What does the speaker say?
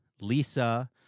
Lisa